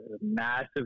Massive